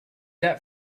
that